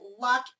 luck